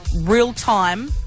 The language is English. real-time